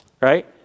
right